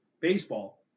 baseball